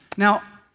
now,